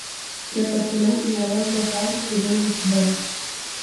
kiek artėliau į uolas beprotiškai daužosi bangos